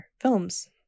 films